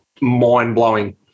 mind-blowing